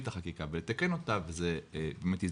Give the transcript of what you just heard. את החקיקה ולתקן אותה זה הופיע בכותרת של הדיון,